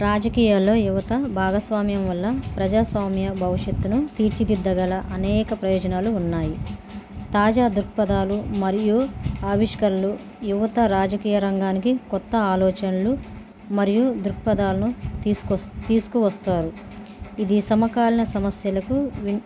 రాజకీయాలో యువత భాగస్వామ్యం వల్ల ప్రజాస్వామ్య భవిష్యత్తును తీర్చిదిద్దగల అనేక ప్రయోజనాలు ఉన్నాయి తాజా దృక్పదాలు మరియు ఆవిష్కరణలు యువత రాజకీయ రంగానికి కొత్త ఆలోచనలు మరియు దృక్పదాలను తీసుకొ తీసుకు వస్తారు ఇది సమకాలిన సమస్యలకు విన్